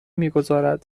میگذارد